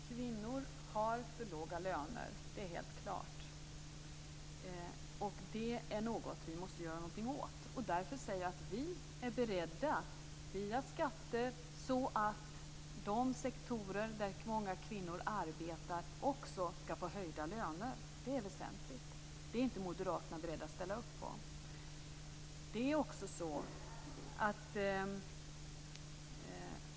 Herr talman! Kvinnor har för låga löner, det är helt klart, och det är något vi måste göra någonting åt. Därför säger jag att vi är beredda att via skatter vidta åtgärder så att de sektorer där många kvinnor arbetar också skall få höjda löner. Det är väsentligt. Det är inte moderaterna beredda att ställa upp på.